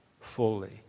fully